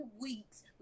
weeks